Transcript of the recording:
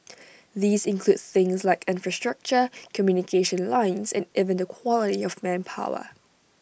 these include things like infrastructure communication lines and even the quality of manpower